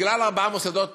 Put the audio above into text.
בגלל ארבעה מוסדות